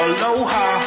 Aloha